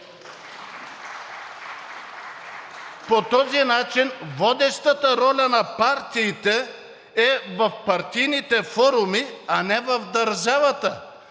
По този начин водещата роля на партиите е в партийните форуми, а не в държавата,